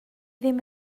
ddim